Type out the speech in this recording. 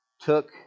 took